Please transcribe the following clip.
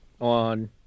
on